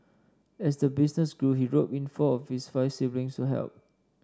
as the business grew he roped in four of his five siblings to help